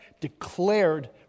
declared